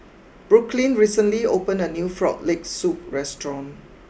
Brooklynn recently opened a new Frog Leg Soup restaurant